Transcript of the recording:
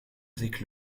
avec